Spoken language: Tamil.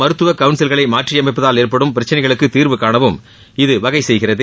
மருத்துவ கவுன்சில்களை மாற்றியமைப்பதால் ஏற்படும் பிரச்சனைகளுக்கு தீர்வுகாணவும் பல் இது வகை செய்கிறது